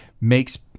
makes –